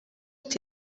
ati